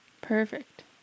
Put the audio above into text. Perfect